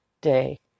day